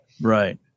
Right